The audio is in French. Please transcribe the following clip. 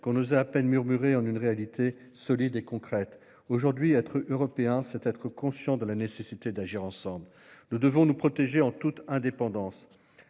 qu'on osait à peine murmurer en une réalité solide et concrète. Aujourd'hui, être européen, c'est être conscient de la nécessité d'agir ensemble. Nous devons nous protéger en toute indépendance.